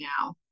now